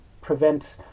prevent